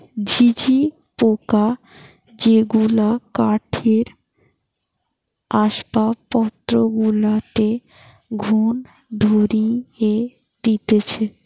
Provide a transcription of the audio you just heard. ঝিঝি পোকা যেগুলা কাঠের আসবাবপত্র গুলাতে ঘুন ধরিয়ে দিতেছে